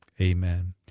Amen